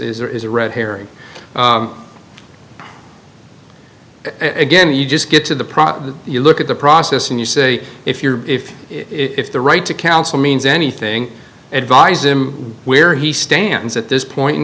there is a red herring again you just get to the process you look at the process and you say if you're if if the right to counsel means anything advise him where he stands at this point in